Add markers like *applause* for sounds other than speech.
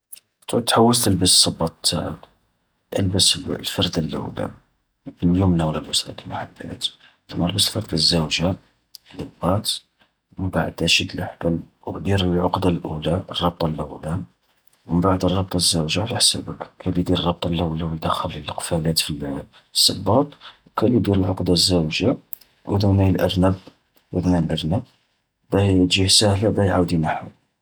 تعود تحوص تلبس الصباط تاعك، البس الفردة اللولة، اليمنى ولا اليسرى كيما حبيت. ثم البس الفردة الزاوجة، لادروات، مبعدا شد الحبل، ودير العقدة الأولى الربطة اللولة، من بعد الربطة الزاوجة على حسابك. كاين اللي يدير الربطة اللولة و يدخل القفالات في *hesitation* الصباط، وكاين اللي يدير العقدة الزاوجة، أذني الأرنب، وذنين لرنب، باه تجيه ساهلة باه يعاود ينحو.